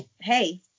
Hey